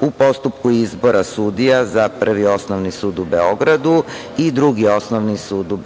u postupku izbora sudija za Prvi osnovni sud u Beogradu i Drugi osnovni sud u